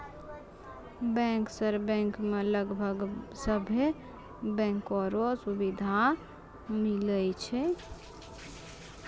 bankers bank मे लगभग सभे बैंको रो सुविधा मिलै छै